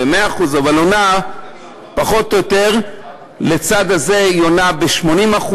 ופחות או יותר לצד הזה היא עונה ב-80%,